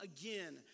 again